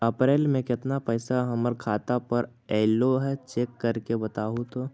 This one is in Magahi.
अप्रैल में केतना पैसा हमर खाता पर अएलो है चेक कर के बताहू तो?